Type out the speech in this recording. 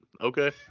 okay